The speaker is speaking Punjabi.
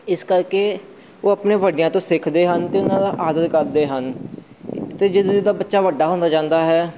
ਇਸ ਕਰਕੇ ਉਹ ਆਪਣੇ ਵੱਡਿਆਂ ਤੋਂ ਸਿੱਖਦੇ ਹਨ ਅਤੇ ਉਹਨਾਂ ਦਾ ਆਦਰ ਕਰਦੇ ਹਨ ਅਤੇ ਜਿੱਦਾਂ ਜਿੱਦਾਂ ਬੱਚਾ ਵੱਡਾ ਹੁੰਦਾ ਜਾਂਦਾ ਹੈ